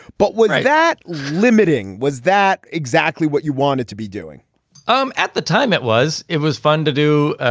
but would that limiting? was that exactly what you wanted to be doing um at the time? it was it was fun to do,